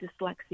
dyslexia